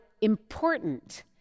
important